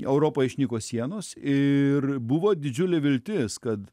europoj išnyko sienos ir buvo didžiulė viltis kad